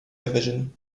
division